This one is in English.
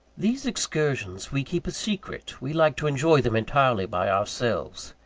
these excursions we keep a secret, we like to enjoy them entirely by ourselves.